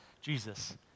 Jesus